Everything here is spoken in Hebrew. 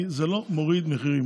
בתכלס זה חזר, כי זה לא מוריד מחירים.